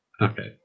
okay